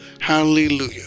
hallelujah